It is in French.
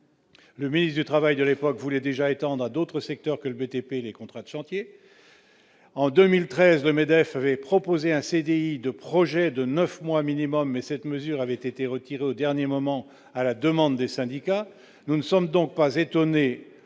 Le ministre du Travail de l'époque voulait déjà étendre à d'autres secteurs que le BTP, les contraintes chantier en 2013, le MEDEF avait proposé un CDI de projet de 9 mois minimum et cette mesure avait été retiré au dernier moment, à la demande des syndicats, nous ne sommes donc pas étonné